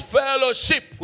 fellowship